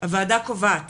הועדה קובעת